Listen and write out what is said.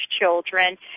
children